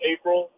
April